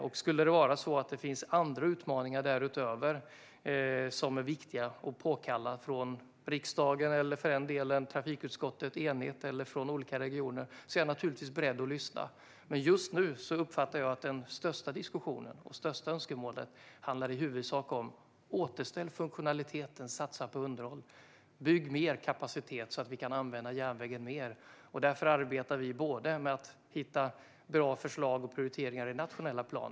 Jag är beredd att lyssna om det skulle finnas andra viktiga utmaningar därutöver som riksdagen, eller för den delen ett enigt trafikutskott, eller olika regioner påtalar. Men just nu uppfattar jag att den största diskussionen och det högsta önskemålet i huvudsak handlar om att återställa funktionaliteten och satsa på underhåll, om att bygga mer kapacitet så att vi kan använda järnvägen mer. Därför arbetar vi med att hitta bra förslag och prioriteringar i den nationella planen.